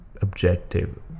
objective